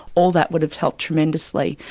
all that would have helped tremendously.